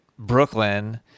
brooklyn